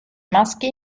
maschi